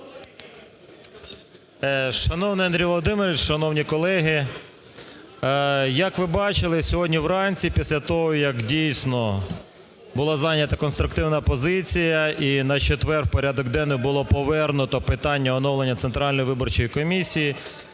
Шановний Андрію Володимировичу, шановні колеги, як ви бачили, сьогодні вранці після того, як, дійсно, була зайнята конструктивна позиція і на четвер в порядок денний було повернуто питання оновлення Центральної виборчої комісії,